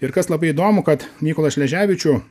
ir kas labai įdomu kad mykolą šleževičių